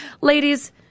Ladies